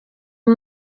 uwo